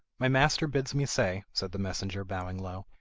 my master bids me say said the messenger, bowing low,